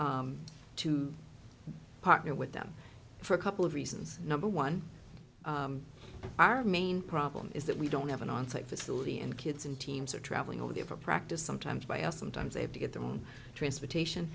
to partner with them for a couple of reasons number one our main problem is that we don't have an onsite facility and kids and teams are traveling over there for practice sometimes by us sometimes they have to get their own transportation